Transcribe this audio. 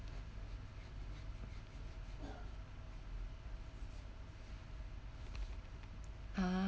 ah